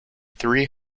three